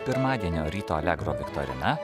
pirmadienio ryto allegro viktorina